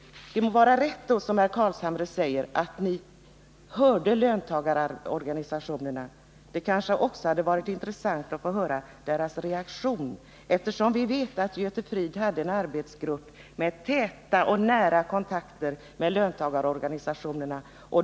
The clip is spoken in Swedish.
Det må vara rätt, som herr Carlshamre säger, att ni hörde löntagarorganisationerna. Det hade kanske också varit intressant att få höra deras reaktion, eftersom vi vet att Göte Fridh hade en arbetsgrupp med täta och nära kontakter med löntagarorganisationerna.